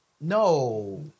No